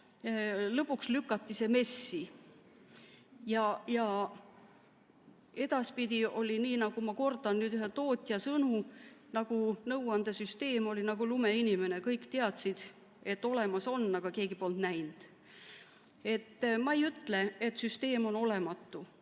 Lõpuks lükati see MES-i. Edaspidi oli nii, ma kordan nüüd ühe tootja sõnu, et nõuandesüsteem oli nagu lumeinimene – kõik teadsid, et on olemas, aga keegi polnud näinud. Ma ei ütle, et süsteem on olematu,